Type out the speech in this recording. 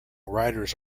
riders